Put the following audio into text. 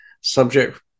subject